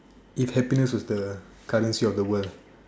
it happiness with the colour sheets of the word